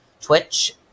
Twitch